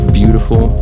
beautiful